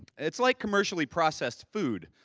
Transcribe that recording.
it's like commercially process food.